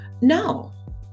no